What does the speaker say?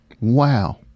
Wow